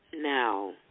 Now